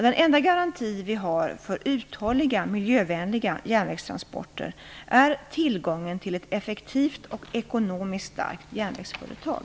Den enda garanti vi har för uthålliga miljövänliga järnvägstransporter är tillgången till ett effektivt och ekonomiskt starkt järnvägsföretag.